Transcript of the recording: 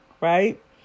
right